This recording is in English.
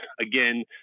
again